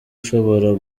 ushobora